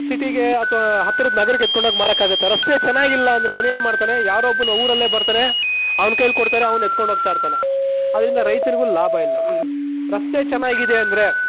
ಸಿಟಿಗೆ ಅಥವಾ ಹತ್ತಿರದ್ದು ನಗರಕ್ಕೆ ಎತ್ಕೊಂಡು ಹೋಗಿ ಮಾರೋಕ್ಕಾಗತ್ತಾ ರಸ್ತೆ ಚೆನ್ನಾಗಿಲ್ಲ ಅಂದರೆ ಅವನೇನು ಮಾಡ್ತಾನೆ ಯಾರೋ ಒಬ್ಬನು ಊರಲ್ಲೇ ಬರ್ತಾನೆ ಅವನು ಕೈಯ್ಯಲ್ಲಿ ಕೊಡ್ತಾನೆ ಅವನು ಎತ್ಕೊಂಡು ಹೋಗ್ತಾಯಿರ್ತಾನೆ ಅದರಿಂದ ರೈತರಿಗೂ ಲಾಭ ಇಲ್ಲ ರಸ್ತೆ ಚೆನ್ನಾಗಿದೆ ಅಂದರೆ